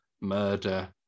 murder